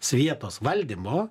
svieto valdymo